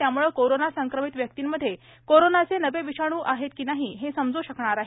त्यामुळे कोरोना संक्रमित व्यक्तीमध्ये कोरोनाचे नवे विषाणू आहेत की नाही हे समज् शकणार आहे